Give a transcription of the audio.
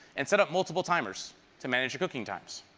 and set up multiple timers to manage your cooking times.